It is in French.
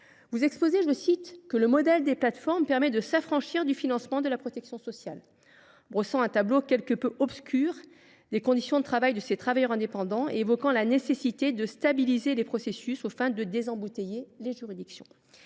nouveau modèle économique permet aux plateformes de s’affranchir du financement de la protection sociale », brossant un tableau quelque peu obscur des conditions de travail de ces travailleurs indépendants et évoquant la nécessité de stabiliser les processus, afin de désembouteiller les juridictions.